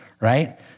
right